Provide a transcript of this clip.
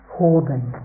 holding